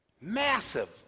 Massive